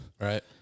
Right